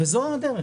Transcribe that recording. וזו הדרך.